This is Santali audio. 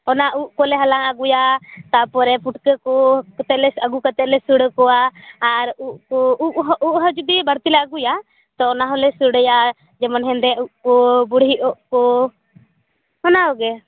ᱚᱱᱟ ᱩᱫ ᱠᱚᱞᱮ ᱦᱟᱞᱟᱝ ᱟᱜᱩᱭᱟ ᱛᱟᱯᱚᱨᱮ ᱯᱩᱴᱚᱠᱟᱹ ᱠᱩ ᱠᱚᱛᱮᱞᱮ ᱟᱹᱜᱩ ᱠᱟᱛᱮᱞᱮ ᱥᱚᱲᱮ ᱠᱚᱭᱟ ᱟᱨ ᱩᱫ ᱠᱚ ᱩᱫ ᱦᱚᱸ ᱩᱜ ᱦᱚᱸ ᱡᱩᱫᱤ ᱵᱟᱹᱲᱛᱤ ᱞᱮ ᱟᱜᱩᱭᱟ ᱛᱚ ᱚᱱᱟ ᱦᱚᱞᱮ ᱥᱚᱲᱮᱭᱟ ᱡᱮᱢᱚᱱ ᱦᱮᱸᱫᱮ ᱩᱫ ᱠᱚ ᱵᱩᱲᱦᱩ ᱩᱫ ᱠᱚ ᱚᱱᱟᱠᱚᱜᱮ